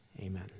Amen